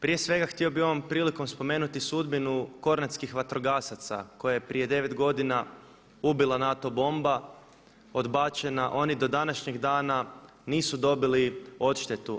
Prije svega htio bi ovom prilikom spomenuti sudbinu kornatskih vatrogasaca koja je prije devet godina ubila NATO bomba odbačena, oni do današnjeg dana nisu dobili odštetu.